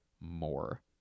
more